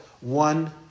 one